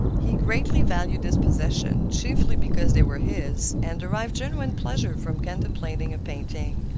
he greatly valued his possessions, chiefly because they were his, and derived genuine pleasure from contemplating a painting,